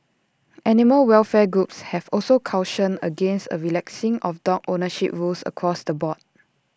animal welfare groups have also cautioned against A relaxing of dog ownership rules across the board